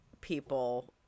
people